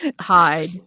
hide